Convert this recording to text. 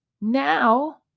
now